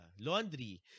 laundry